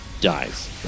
Dies